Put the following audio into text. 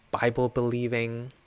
Bible-believing